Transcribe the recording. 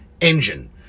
engine